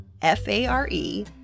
F-A-R-E